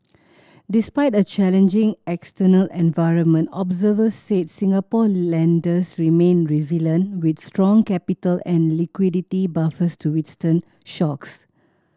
despite a challenging external environment observers said Singapore lenders remain resilient with strong capital and liquidity buffers to withstand shocks